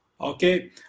Okay